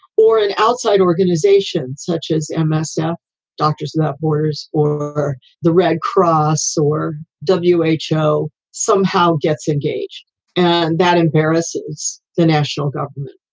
or an outside organization such as msf, and so doctors without borders or the red cross or w h o. somehow gets engaged and that embarrasses the national government.